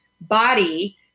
body